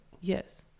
Yes